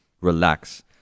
relax